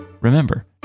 Remember